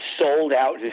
sold-out